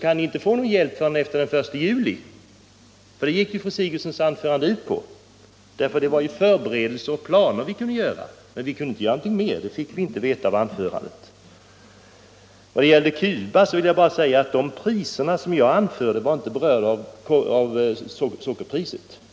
kan ni inte få någon hjälp förrän efter den 1 juli. Det var ju det fru Sigurdsens anförande gick ut på. Planer och förberedelser kunde vi göra, men inte någonting mer, det fick vi veta i anförandet. Vad gäller Cuba vill jag bara säga att de priser jag anförde inte var berörda av sockerpriset.